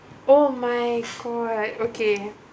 oh my correct okay